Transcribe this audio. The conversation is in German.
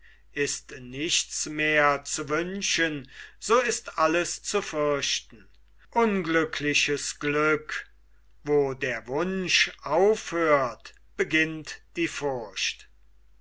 ist nichts mehr zu wünschen so ist alles zu fürchten unglückliches glück wo der wunsch aufhört beginnt die furcht